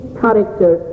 character